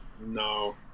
No